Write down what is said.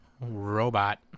Robot